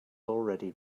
already